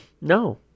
No